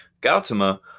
Gautama